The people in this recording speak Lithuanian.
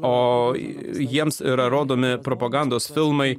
o jiems yra rodomi propagandos filmai